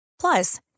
Plus